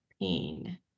pain